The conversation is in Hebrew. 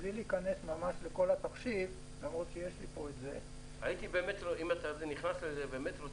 בלי להיכנס לכל התחשיב --- הייתי רוצה לדעת